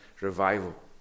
revival